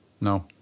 No